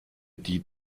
die